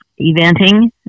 eventing